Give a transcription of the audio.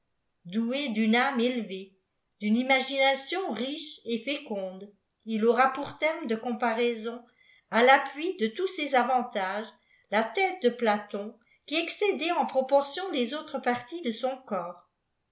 doué d'une ame élevée d'une imagination riche et féconde il aura pour terme de comparaison à l'appui de tous ces avantages la tête de platon qui excédait en proportioii les autres parties de son corps